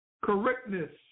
correctness